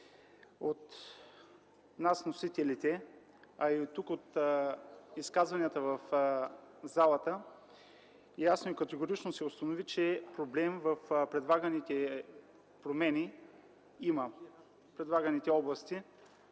От нас – вносителите, а и тук от изказванията в залата, ясно и категорично се установи, че проблем в предлаганите промени има – предлаганите области,